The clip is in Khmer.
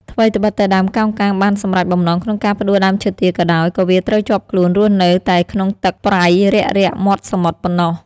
ថ្វីត្បិតតែដើមកោងកាងបានសម្រេចបំណងក្នុងការផ្តួលដើមឈើទាលក៏ដោយ ក៏វាត្រូវជាប់ខ្លួនរស់នៅតែក្នុងទឹកប្រៃរាក់ៗមាត់សមុទ្រប៉ុណ្ណោះ។